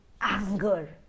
anger